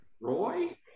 Roy